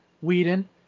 Whedon